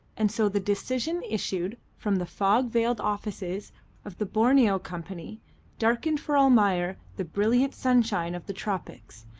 and so the decision issued from the fog-veiled offices of the borneo company darkened for almayer the brilliant sunshine of the tropics,